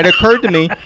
it occurred to me,